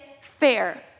fair